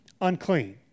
unclean